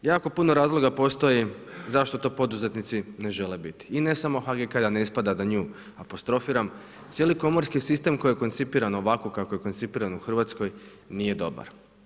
Jako puno razloga postoji zašto to poduzetnici ne žele biti i ne samo HGK, da ne ispada da nju apostrofiram, cijeli komorski sistem koji je koncipiran ovako kako je koncipiran u Hrvatskoj nije dobar.